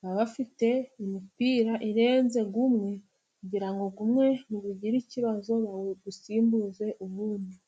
baba bafite imipira irenze umwe; kugirango umwe nugira ikibazo bawusimbuze undi.